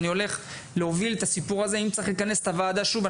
אני הולך להוביל את הסיפור הזה ואם צריך לכנס את הוועדה שוב,